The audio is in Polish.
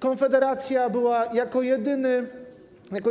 Konfederacja jako